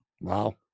Wow